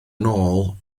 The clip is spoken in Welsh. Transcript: nôl